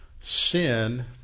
sin